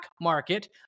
market